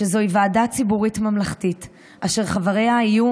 שזוהי ועדה ציבורית ממלכתית אשר חבריה יהיו